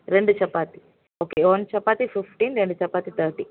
ரெண்டு சப்பாத்தி okay one சப்பாத்தி ஃபிஃப்டின் ரெண்டு சப்பாத்தி தேர்ட்டி